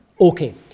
Okay